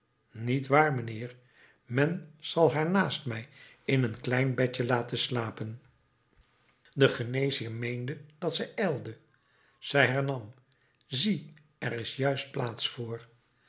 niet waar mijnheer men zal haar naast mij in een klein bedje laten slapen de geneesheer meende dat zij ijlde zij hernam zie er is juist plaats voor